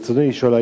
ברצוני לשאול: